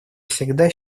всегда